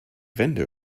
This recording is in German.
wände